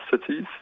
cities